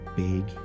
big